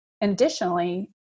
Additionally